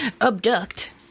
abduct